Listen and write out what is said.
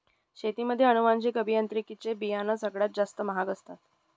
शेतीमध्ये अनुवांशिक अभियांत्रिकी चे बियाणं सगळ्यात जास्त महाग असतात